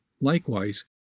Likewise